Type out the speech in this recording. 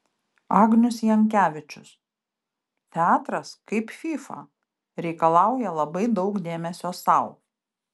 agnius jankevičius teatras kaip fyfa reikalauja labai daug dėmesio sau